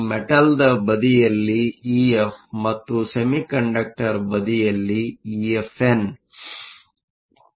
ಇದು ಮೆಟಲ್Metalನ ಬದಿಯಲ್ಲಿ ಇಎಫ್ ಮತ್ತು ಸೆಮಿಕಂಡಕ್ಟರ್ಬದಿಯಲ್ಲಿ ಇಎಫ್ಎನ್ ಆಗಿದೆ